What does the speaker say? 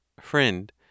Friend